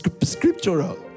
scriptural